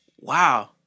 Wow